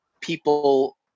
people